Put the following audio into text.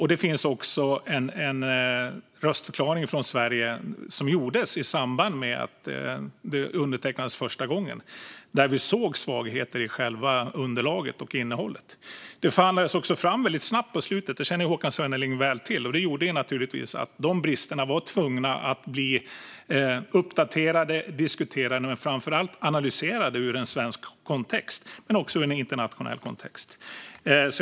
Sverige avgav en röstförklaring i samband med det första undertecknandet; vi såg svagheter i underlaget och innehållet. Detta förhandlades också fram väldigt snabbt på slutet, som Håkan Svenneling väl känner till. På grund av dessa brister behövdes naturligtvis uppdatering, diskussion och framför allt analys i en svensk och en internationell kontext.